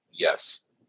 Yes